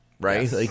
right